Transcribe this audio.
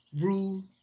rule